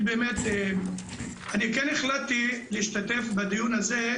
אני כן החלטתי להשתתף בדיון הזה,